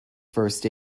first